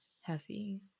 heavy